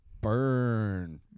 Burn